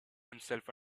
himself